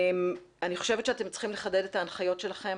אני חושבת שאתם צריכים לחדד את ההנחיות שלכם,